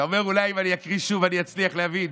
אתה אומר: אולי אם אני אקריא שוב אני אצליח להבין,